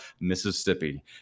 Mississippi